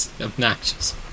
Obnoxious